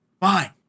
fine